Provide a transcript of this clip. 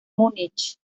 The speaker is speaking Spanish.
múnich